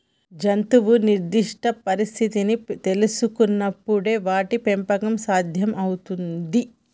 జంతువు నిర్దిష్ట పరిస్థితిని తెల్సుకునపుడే వాటి పెంపకం సాధ్యం అవుతుంది